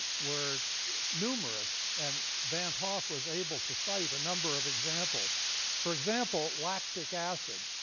were numerous, and van't hoff was able to cite a number of examples for example, lactic acid.